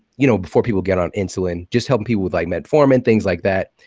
you know before people get on insulin, just helping people with like metformin, things like that,